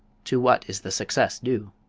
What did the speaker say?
to what is the success due?